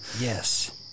yes